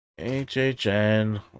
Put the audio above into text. HHN